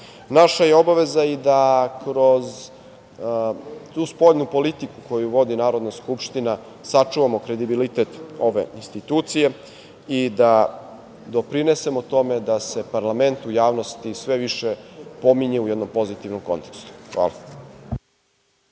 je obaveza i da kroz tu spoljnu politiku, koju vodi Narodna skupština, sačuvamo kredibilitet institucije i da doprinesemo tome da se parlament u javnosti, sve više pominje u jednom pozitivnom kontekstu. Hvala.